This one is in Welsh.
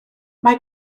mae